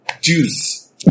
Juice